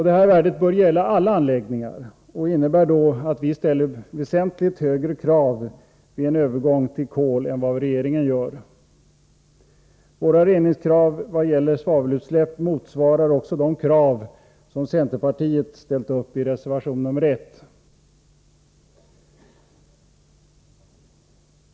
Detta värde bör gälla alla anläggningar och innebär då att vi ställer väsentligt högre krav vid en övergång till kol än vad regeringen gör. Våra reningskrav vad gäller svavelutsläpp motsvarar också de krav som centerpartiet ställt upp i reservation nr 1.